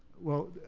well,